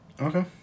Okay